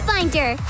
Finder